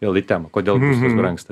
vėl į temą kodėl būstas brangsta